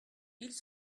ils